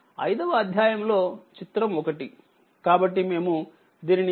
5వ అధ్యాయంలో చిత్రం1 కాబట్టి మేముదీనిని చిత్రం5